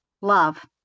love